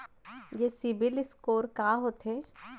ये CIBIL score का होथे?